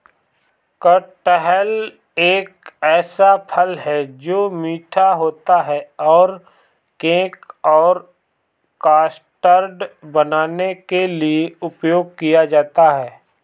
कटहल एक ऐसा फल है, जो मीठा होता है और केक और कस्टर्ड बनाने के लिए उपयोग किया जाता है